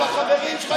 גזען והחברים שלך,